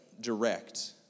direct